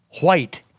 white